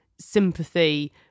sympathy